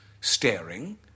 staring